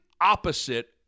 opposite